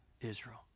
Israel